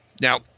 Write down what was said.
Now